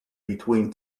between